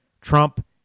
Trump